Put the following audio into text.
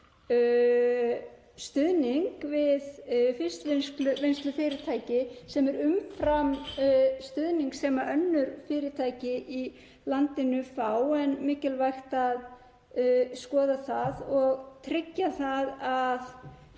stuðning við fiskvinnsluvinnslufyrirtæki að ræða sem er umfram stuðning sem önnur fyrirtæki í landinu fá, en mikilvægt að skoða það og tryggja að